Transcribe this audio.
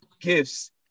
gifts